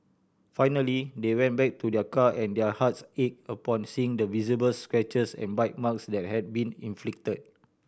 finally they went back to their car and their hearts ache upon seeing the visible scratches and bite marks that had been inflicted